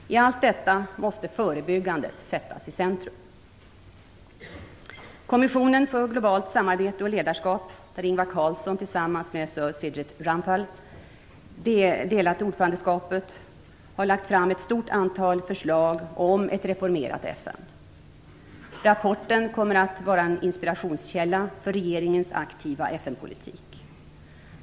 I allt detta måste förebyggandet sättas i centrum. Kommissionen för globalt samarbete och ledarskap, där Ingvar Carlsson tillsammans med Sir Shridath Ramphal delat ordförandeskapet, har lagt fram ett stort antal förslag om ett reformerat FN. Rapporten kommer att vara en inspirationskälla för regeringens aktiva FN-politik.